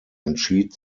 entschied